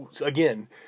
again